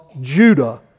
Judah